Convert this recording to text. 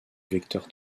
vecteur